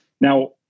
Now